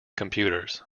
computers